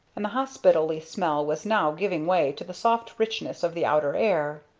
and the hospitally smell was now giving way to the soft richness of the outer air.